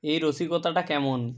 এই রসিকতাটা কেমন